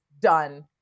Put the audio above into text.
done